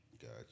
Gotcha